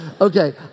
Okay